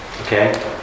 Okay